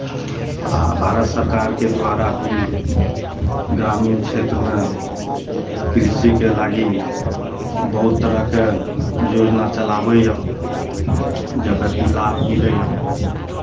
आ भारत सरकारके द्वारा भी ग्रामीण क्षेत्रमे कृषिके लागि बहुत तरहके योजना चलाबैए जकर कि लाभ मिलैए